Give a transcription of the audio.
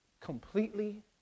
Completely